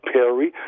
Perry